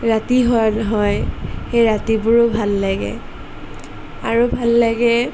ৰাতি হোৱাত হয় সেই ৰাতিবোৰো ভাল লাগে আৰু ভাল লাগে